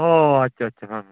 ᱚ ᱟᱪᱷᱟ ᱪᱷᱟ ᱦᱚᱸ ᱦᱚᱸ